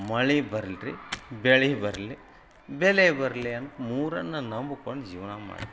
ಮಳೆ ಬರ್ಲಿರೀ ಬೆಳೆ ಬರಲಿ ಬೆಲೆ ಬರಲಿ ಅಂತ ಮೂರನ್ನೂ ನಂಬ್ಕೊಂಡು ಜೀವನ ಮಾಡಿ